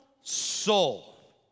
soul